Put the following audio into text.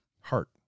Heart